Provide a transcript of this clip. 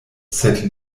sed